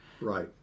Right